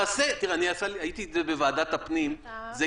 תראה, ראיתי את זה בוועדת הפנים, זה